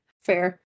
Fair